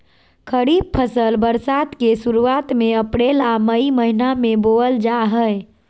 खरीफ फसल बरसात के शुरुआत में अप्रैल आ मई महीना में बोअल जा हइ